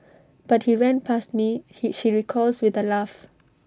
but he ran past me he she recalls with A laugh